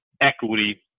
equity